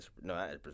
no